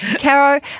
Caro